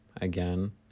again